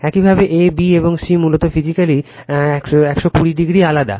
একইভাবে a b এবং c মূলত ফিজিক্যালি তারা 120o আলাদা